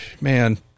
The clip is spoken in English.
man